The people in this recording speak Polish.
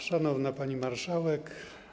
Szanowna Pani Marszałek!